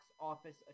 office